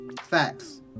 Facts